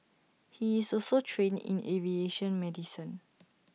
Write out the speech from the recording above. he is also trained in aviation medicine